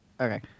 Okay